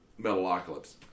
Metalocalypse